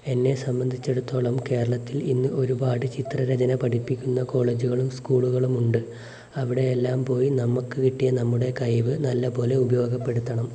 എന്നെ സംബന്ധിച്ചെടത്തോളം കേരളത്തിൽ ഇന്ന് ഒരുപാട് ചിത്രരചന പഠിപ്പിക്കുന്ന കോളേജുകളും സ്കൂളുകളും ഉണ്ട് അവിടെയെല്ലാം പോയി നമ്മൾക്ക് കിട്ടിയ നമ്മുടെ കഴിവ് നല്ലപോലെ ഉപയോഗപ്പെടുത്തണം